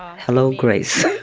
hello, grace